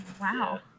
Wow